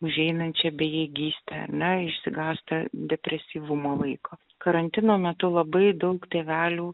užeinančią bejėgystę ar ne išsigąsta depresyvumo vaiko karantino metu labai daug tėvelių